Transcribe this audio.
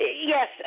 yes